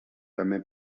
també